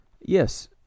Yes